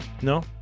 No